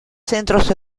centros